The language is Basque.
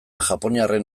japoniarren